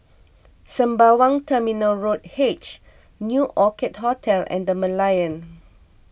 Sembawang Terminal Road H New Orchid Hotel and the Merlion